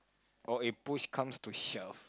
oh it push comes to shove